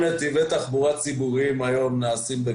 גם נתיבי תחבורה ציבוריים היום נעשים.